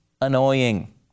annoying